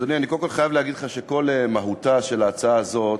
אני קודם כול חייב להגיד לך שכל מהותה של ההצעה הזאת,